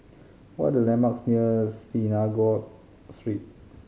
what are the landmarks near Synagogue Street